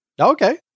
Okay